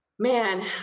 Man